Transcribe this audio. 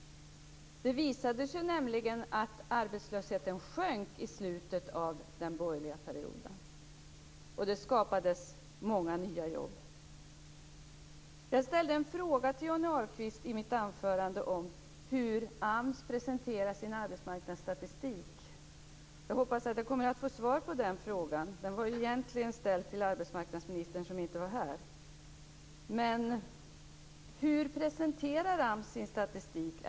Det visade sig nämligen att arbetslösheten sjönk i slutet av den borgerliga perioden, och det skapades många nya jobb. Jag ställde i mitt anförande en fråga till Johnny Ahlqvist om hur AMS presenterar sin arbetsmarknadsstatistik. Jag hoppas att jag kommer att få svar på den frågan. Den var egentligen ställd till arbetsmarknadsministern, som dock inte är här. Hur presenterar AMS sin statistik?